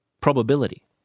probability